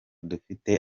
dufite